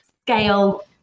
scale